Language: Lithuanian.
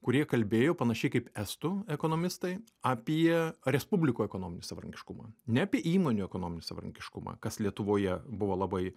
kurie kalbėjo panašiai kaip estų ekonomistai apie respublikų ekonominį savarankiškumą ne apie įmonių ekonominį savarankiškumą kas lietuvoje buvo labai